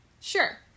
Sure